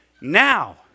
now